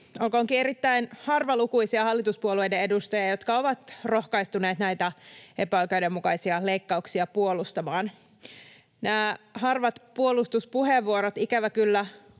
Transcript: olkoonkin erittäin harvalukuisia — hallituspuolueiden edustajia, jotka ovat rohkaistuneet näitä epäoikeudenmukaisia leikkauksia puolustamaan. Nämä harvat puolustuspuheenvuorot ikävä kyllä